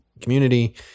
community